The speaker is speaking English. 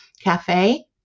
cafe